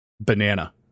Banana